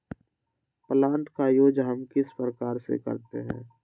Plant का use हम किस प्रकार से करते हैं?